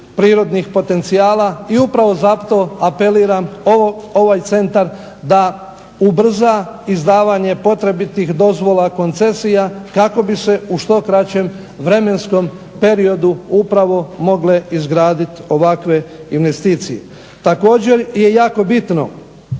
prirodnih potencijala i upravo zato apeliram da ovaj centar ubrza izdavanje potrebitih dozvola, koncesija kako bi se u što kraćem vremenskom periodu upravo mogle izgraditi ovakve investicije. Također je jako bitno,